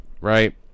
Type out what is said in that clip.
right